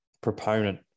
proponent